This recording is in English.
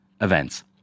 events